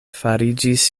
fariĝis